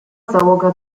załoga